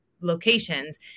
locations